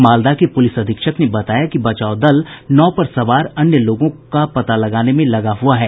मालदा के पुलिस अधीक्षक ने बताया कि बचाव दल नाव पर सवार अन्य लोगों का पता लगाने में लगे हैं